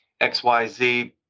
XYZ